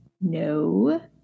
No